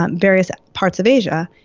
um various parts of asia.